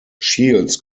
shields